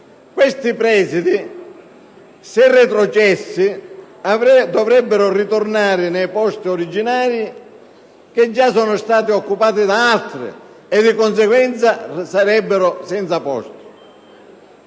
Questi presidi, se retrocessi, dovrebbero ritornare nei posti originari che già sono stati occupati da altri, che di conseguenza resterebbero senza posto.